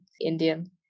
Indian